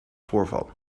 voorval